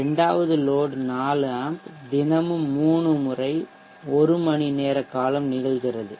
2வது load 4 amp தினமும் 3 முறை 1 மணிநேர காலம் நிகழ்கிறது